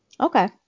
Okay